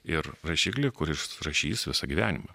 ir rašiklį kuris rašys visą gyvenimą